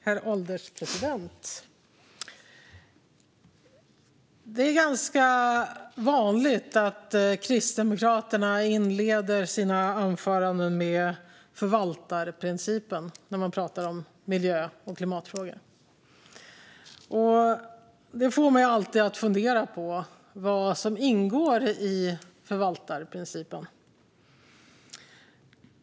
Herr ålderspresident! Det är ganska vanligt att kristdemokrater inleder sina anföranden med att tala om förvaltarprincipen när de talar om miljö och klimatfrågor. Det får mig alltid att fundera på vad som ingår i förvaltarprincipen.